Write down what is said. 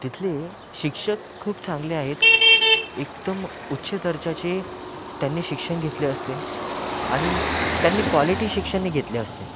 तिथले शिक्षक खूप चांगले आहेत एकदम उच्च दर्जाचे त्यांनी शिक्षण घेतले असले आणि त्यांनी क्वालिटी शिक्षण घेतले असते